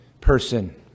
person